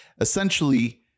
essentially